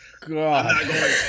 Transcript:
God